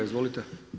Izvolite.